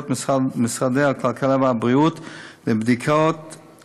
משרד הכלכלה ומשרד הבריאות לבדיקת מכונות